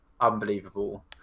unbelievable